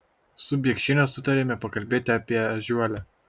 su biekšiene sutarėme pakalbėti apie ežiuolę